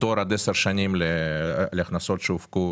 פטור עד עשר שנים להכנסות שהופקו